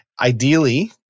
ideally